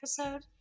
episode